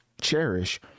cherish